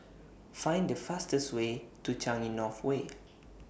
Find The fastest Way to Changi North Way